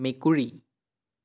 মেকুৰী